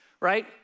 right